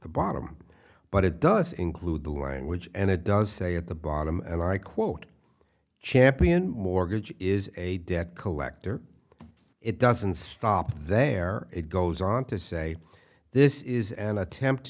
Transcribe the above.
the bottom but it does include the language and it does say at the bottom and i quote champion mortgage is a debt collector it doesn't stop there it goes on to say this is an attempt